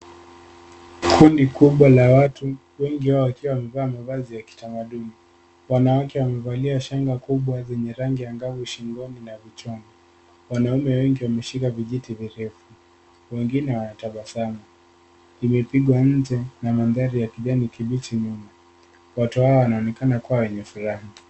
Kundi kubwa la watu waliovaa mavazi ya kitamaduni. Wanawake wana shanga kubwa zenye rangi angavu shingoni na kichwani, huku wanaume wengi wakiwa na vijiti mkononi Watu wengi wanaonekana wakiwa wamesimama pamoja. Picha hii imepigwa katika mandhari yenye uoto wa kijani kibichi. watu wengi wanaonekana wenye furaha.